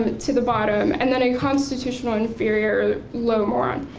to the bottom, and then a constitutional inferior low moron,